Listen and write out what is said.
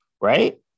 right